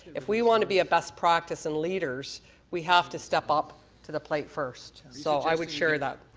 if we want to be a best practice and leaders we have to step up to the plate first. so i would share that.